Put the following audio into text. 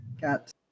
Got